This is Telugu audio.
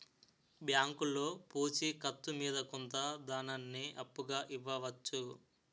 బ్యాంకులో పూచి కత్తు మీద కొంత ధనాన్ని అప్పుగా ఇవ్వవచ్చు